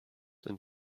and